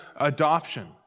adoption